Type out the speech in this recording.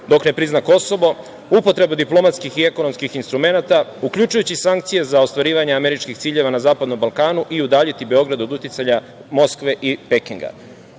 dok ne prizna Kosovo, upotreba diplomatskih i ekonomskih instrumenata, uključujući sankcije za ostvarivanja američkih ciljeva na Zapadnom Balkanu i udaljiti Beograd od uticaja Moskve i Pekinga. Osim